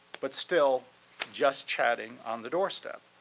but still just chatting on the doorstep.